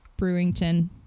Brewington